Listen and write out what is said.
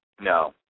No